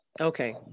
Okay